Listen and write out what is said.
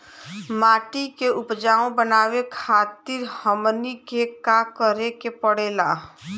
माटी के उपजाऊ बनावे खातिर हमनी के का करें के पढ़ेला?